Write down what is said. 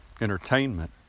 entertainment